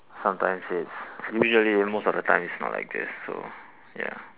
sometimes it's usually most of the time it's not like this so ya